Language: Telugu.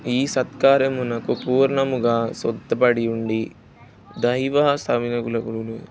ఈ సత్కారమునకు పూర్ణముగా కట్టుపడి ఉండి దైవాసమాయకులను